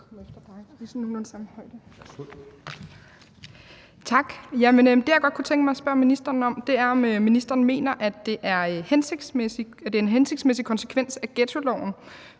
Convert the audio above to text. Tak. Det, jeg godt kunne tænke mig at spørge ministeren om, er: Mener ministeren, at det er en hensigtsmæssig konsekvens af ghettoloven